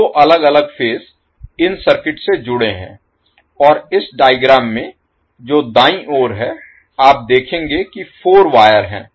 तो दो अलग अलग फेज इन सर्किट से जुड़े हैं और इस डायग्राम में जो दाईं ओर है आप देखेंगे कि 4 वायर हैं